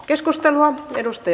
arvoisa puhemies